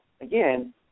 again